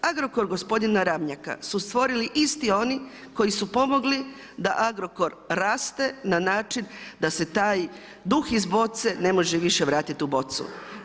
Agrokor gospodina Ramljaka su stvorili isti oni koji su pomogli da Agrokor raste na način da se taj duh iz boce ne može više vratit u bocu.